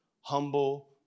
humble